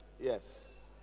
Yes